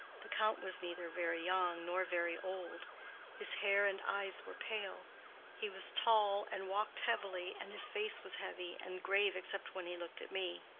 the count was neither very young nor very old his hair and eyes were pale he was tall and walked heavily, and his face was heavy and grave except when he looked at me.